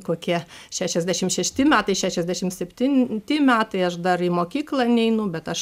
kokie šešiasdešim šešti metai šešiasdešim septinti metai aš dar į mokyklą neinu bet aš